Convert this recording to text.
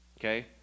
okay